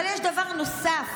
אבל יש דבר נוסף,